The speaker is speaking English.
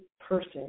person